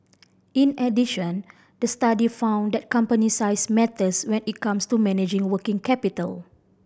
in addition the study found that company size matters when it comes to managing working capital